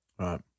Right